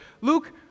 Luke